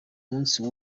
munsi